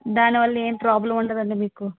దానివల్ల ఏం ప్రాబ్లమ్ ఉండదండి మీకు